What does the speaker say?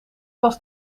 was